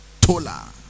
Tola